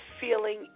feeling